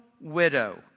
widow